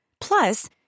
Plus